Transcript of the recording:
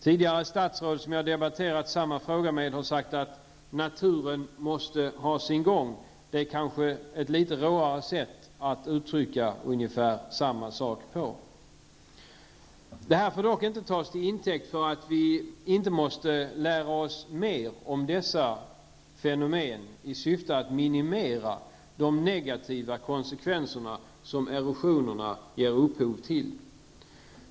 Tidigare statsråd, som jag har debatterat samma fråga med, har sagt att ''naturen måste ha sin gång''. Det är kanske ett litet råare sätt att uttrycka samma sak på. Det här får dock inte tas till intäkt för att vi inte måste lära oss mer om dessa fenomen, i syfte att minimera de negativa konsekvenserna erosionen ger upphov till.